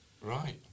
Right